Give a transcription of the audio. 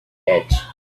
edge